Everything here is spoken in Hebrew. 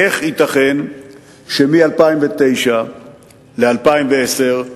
איך ייתכן שמ-2009 ל-2010,